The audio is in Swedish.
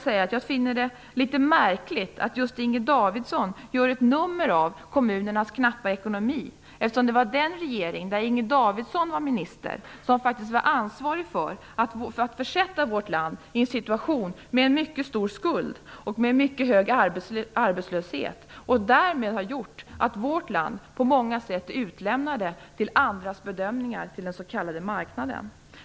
Jag finner det märkligt att just hon gör ett nummer av kommunernas knappa ekonomi. Det är ju den regering i vilken hon var minister som faktiskt är ansvarig för att vårt land har försatts i en situation med en mycket stor skuld och med mycket hög arbetslöshet. Detta har gjort att vårt land på många sätt är utlämnat till andras bedömningar och den s.k. marknaden.